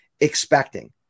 expecting